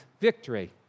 victory